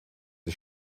des